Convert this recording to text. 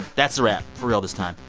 that's a wrap for real this time.